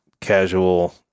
Casual